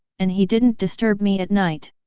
and he didn't disturb me at night.